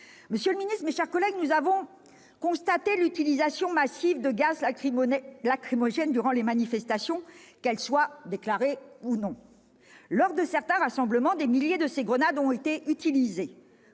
Monsieur le ministre, mes chers collègues, nous avons constaté l'utilisation massive de gaz lacrymogènes durant les manifestations, déclarées ou non. Lors de certains rassemblements, des milliers de grenades ont été utilisées.